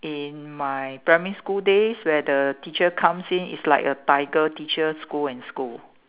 in my primary school days where the teacher comes in is like a tiger teacher scold and scold